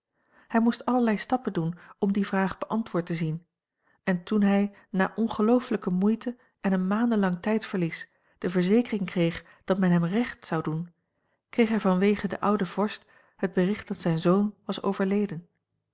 hij moest allerlei stappen doen om die vraag beantwoord te zien en toen hij na ongeloofelijke moeite en een maandenlang tijdverlies de verzekering kreeg dat men hem recht zou doen kreeg hij vanwege den ouden vorst het bericht dat zijn zoon was overleden